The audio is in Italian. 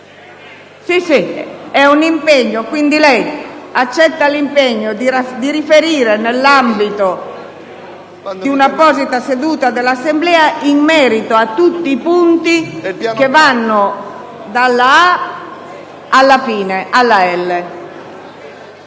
È un impegno e quindi lei accetta l'impegno di riferire nell'ambito di una apposita seduta dell'Assemblea in merito a tutti i punti che vanno dalla lettera